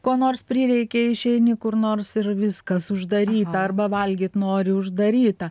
ko nors prireikia išeini kur nors ir viskas uždaryta arba valgyt noriu uždaryta